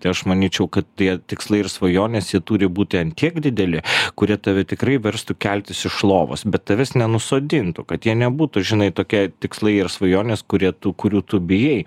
tai aš manyčiau kad tie tikslai ir svajonės jie turi būti ant tiek dideli kurie tave tikrai verstų keltis iš lovos bet tavęs nenusodintų kad jie nebūtų žinai tokie tikslai ir svajonės kurie tų kurių tu bijai